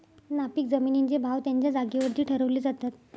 नापीक जमिनींचे भाव त्यांच्या जागेवरती ठरवले जातात